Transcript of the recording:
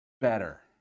better